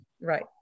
Right